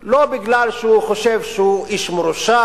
לא בגלל שהוא חושב שהוא איש מרושע